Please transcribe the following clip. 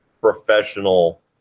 professional